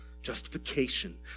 justification